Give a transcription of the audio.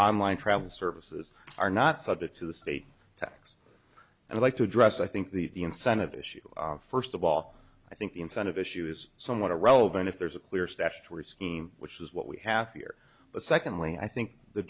online travel services are not subject to the state to and like to address i think the incentive issue first of all i think the incentive issue is somewhat irrelevant if there's a clear staff to or scheme which is what we have here but secondly i think the